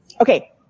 Okay